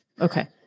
Okay